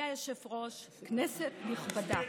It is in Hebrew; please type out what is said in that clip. בנושא: משבר שוכרי הדירות בישראל שנפגעו כלכלית בתקופת סגר הקורונה.